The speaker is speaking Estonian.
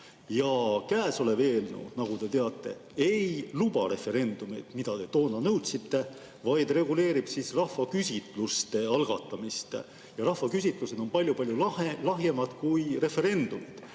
Käesolev eelnõu, nagu te teate, ei luba referendumeid, mida te toona nõudsite, vaid reguleerib rahvaküsitluste algatamist. Rahvaküsitlused on palju-palju lahjemad kui referendumid.